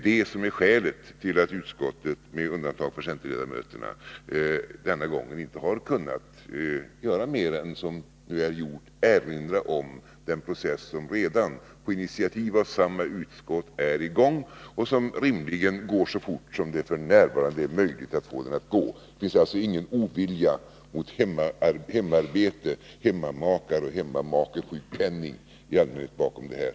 Det är skälet till att utskottet — med undantag för centerns ledamöter — denna gång inte har kunnat göra mer än som nu är gjort, erinra om den process som redan, på initiativ av samma utskott, är i gång och som rimligen går så fort som det f. n. är möjligt att få den att gå. Det finns alltså ingen ovilja mot hemarbete, hemmamakar och hemmamakesjukpenning i allmänhet bakom detta.